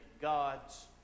God's